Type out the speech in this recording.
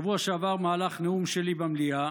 בשבוע שעבר, במהלך נאום שלי במליאה,